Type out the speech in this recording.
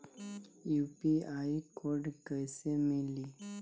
UPI code कैसे मिली?